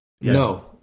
No